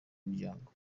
muryango